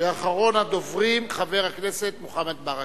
אחרון הדוברים, חבר הכנסת מוחמד ברכה.